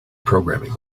programming